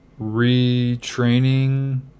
retraining